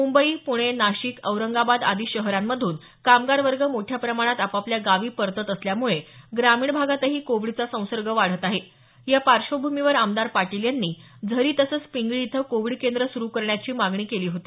मुंबई पुणे नाशिक औरंगाबाद आदी शहरांमधून कामगार वर्ग मोठ्या प्रमाणात आपापल्या गावी परतत असल्यामुळे ग्रामीण भागातही कोविडचा संसर्ग वाढत आहे या पार्श्वभूमीवर आमदार पाटील यांनी झरी तसंच पिंगळी इथं कोविड केंद्र सुरू करण्याची मागणी केली होती